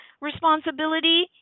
responsibility